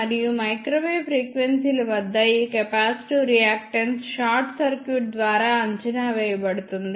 మరియు మైక్రోవేవ్ ఫ్రీక్వెన్సీల వద్ద ఈ కెపాసిటివ్ రియాక్టెన్స్ షార్ట్ సర్క్యూట్ ద్వారా అంచనా వేయబడుతుంది